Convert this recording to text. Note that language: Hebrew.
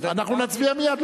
אנחנו נצביע מייד.